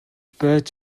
байж